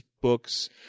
books